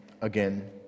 again